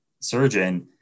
surgeon